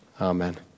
Amen